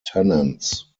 tenants